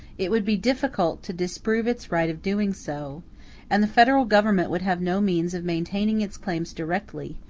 it would be difficult to disprove its right of doing so and the federal government would have no means of maintaining its claims directly,